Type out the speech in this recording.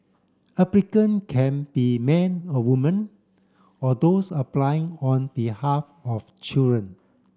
applicant can be men or women or those applying on behalf of children